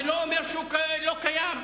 זה לא אומר שהוא לא קיים.